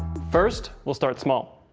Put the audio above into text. first, we'll start small.